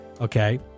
okay